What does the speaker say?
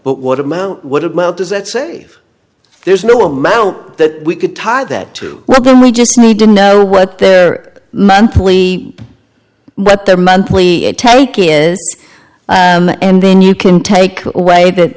but what i'm what it does that say there's no amount that we could tie that to well then we just need to know what their monthly what their monthly tank is and then you can take away that